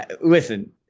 listen